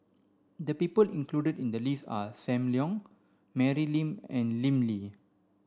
the people included in the list are Sam Leong Mary Lim and Lim Lee